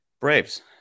Braves